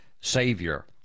savior